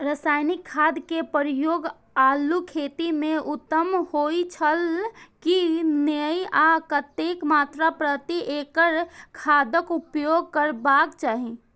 रासायनिक खाद के प्रयोग आलू खेती में उत्तम होय छल की नेय आ कतेक मात्रा प्रति एकड़ खादक उपयोग करबाक चाहि?